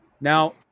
Now